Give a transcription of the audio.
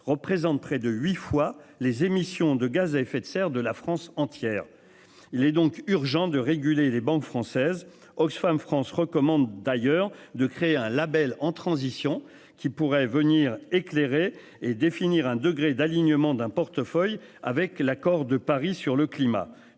représentent près de 8 fois les émissions de gaz à effet de serre de la France entière. Il est donc urgent de réguler les banques françaises Oxfam France recommande d'ailleurs de créer un Label en transition qui pourrait venir éclairer et définir un degré d'alignement d'un portefeuille avec l'accord de Paris sur le climat,